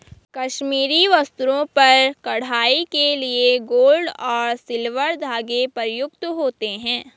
कश्मीरी वस्त्रों पर कढ़ाई के लिए गोल्ड और सिल्वर धागे प्रयुक्त होते हैं